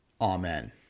Amen